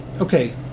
Okay